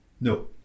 no